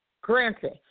Granted